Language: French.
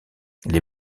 les